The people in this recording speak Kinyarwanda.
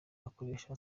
akoresha